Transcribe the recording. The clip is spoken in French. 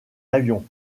avion